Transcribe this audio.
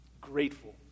grateful